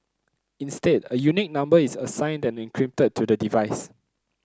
instead a unique number is assigned and encrypted to the device